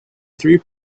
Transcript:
three